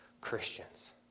Christians